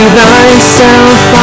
thyself